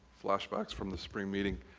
flashbacks from the spring meeting.